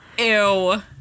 Ew